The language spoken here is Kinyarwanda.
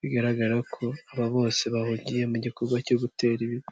bigaragara ko aba bose bahungiye mu gikorwa cyo gutera ibiti.